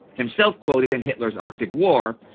himself quoted in hitler's arctic war,